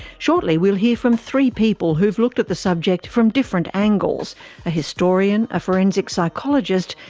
shortly, we'll hear from three people who've looked at the subject from different angles a historian, a forensic psychologist,